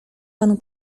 panu